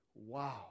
Wow